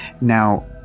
now